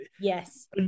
Yes